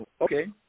okay